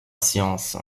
science